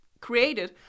created